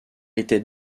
était